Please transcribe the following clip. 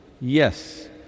yes